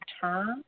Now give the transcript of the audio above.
term